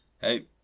Hey